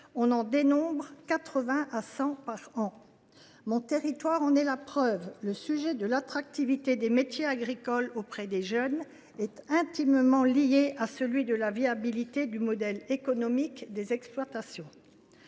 80 à 100 installations par an. Mon territoire en est la preuve : le sujet de l’attractivité des métiers agricoles auprès des jeunes est intimement lié à celui de la viabilité du modèle économique des exploitations.